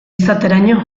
izateraino